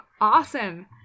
awesome